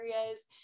areas